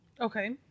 Okay